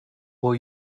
will